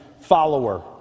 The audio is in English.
follower